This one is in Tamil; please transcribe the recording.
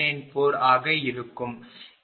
0594 ஆக இருக்கும்